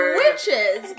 witches